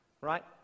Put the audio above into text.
right